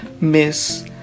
Miss